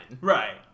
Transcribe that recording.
right